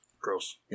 gross